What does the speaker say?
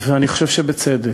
ואני חושב שבצדק.